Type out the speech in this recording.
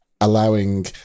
allowing